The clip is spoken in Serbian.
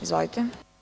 Izvolite.